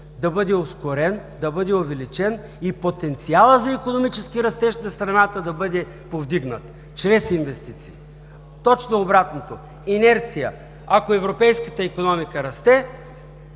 да бъде ускорен, да бъде увеличен и потенциалът за икономически растеж на страната да бъде повдигнат чрез инвестиции. Точно обратното, инерция. Ако европейската икономика расте,